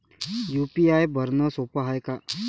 UPI भरनं सोप हाय का?